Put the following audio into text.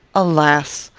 alas!